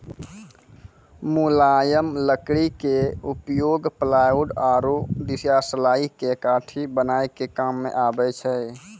मुलायम लकड़ी के उपयोग प्लायउड आरो दियासलाई के काठी बनाय के काम मॅ आबै छै